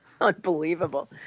unbelievable